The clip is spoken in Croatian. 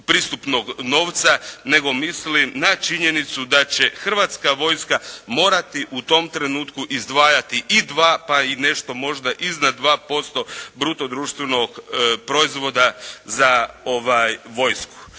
pristupnog novca, nego mislim na činjenicu da će Hrvatska vojska morati u tom trenutku izdvajati i 2, pa i nešto možda iznad 2% bruto društvenog proizvoda za vojsku.